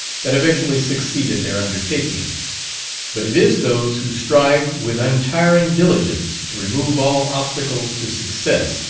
that eventually succeed in their undertakings but it is those who strive with untiring diligence to remove all obstacles to success,